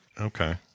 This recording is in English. okay